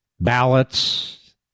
ballots